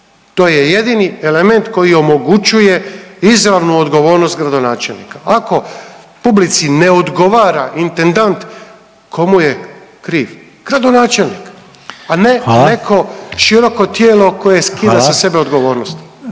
To je jedini element koji omogućuje izravnu odgovornost gradonačelnika. Ako publici ne odgovara intendant tko mu je kriv gradonačelnik … …/Upadica Reiner: Hvala./… … a ne neko široko tijelo koje skida sa sebe odgovornost.